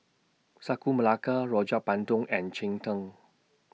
Sagu Melaka Rojak Bandung and Cheng Tng